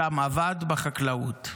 שם עבד בחקלאות,